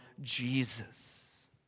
Jesus